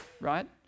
Right